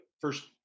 first